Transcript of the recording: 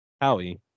Howie